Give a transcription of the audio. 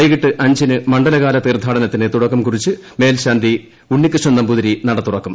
വൈകിട്ട് അഞ്ചിന് മണ്ഡലകാല തീർത്ഥാടനത്തിന് തുടക്കം കുറിച്ച് മേൽശാന്തി ഉണ്ണികൃഷ്ണൻ നമ്പൂതിരി നട തുറക്കും